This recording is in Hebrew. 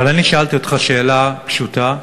אבל אני שאלתי אותך שאלה פשוטה,